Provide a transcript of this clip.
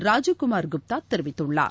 ராஜீவ் குமார் குப்தா தெரிவித்துள்ளார்